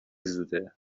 زوده